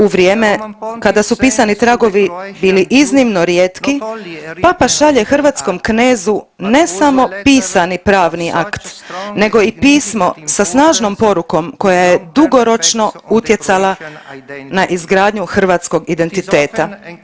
U vrijeme kada su pisani tragovi bili iznimno rijetki papa šalje hrvatskom knezu ne samo pisani pravni akt nego i pismo sa snažnom porukom koja je dugoročno utjecala na izgradnju hrvatskog identiteta.